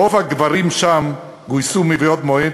רוב הגברים שם גויסו מבעוד מועד,